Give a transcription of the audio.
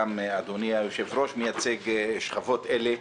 גם אדוני יושב-הראש מייצג שכבות אלה.